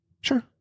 Sure